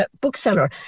bookseller